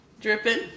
Dripping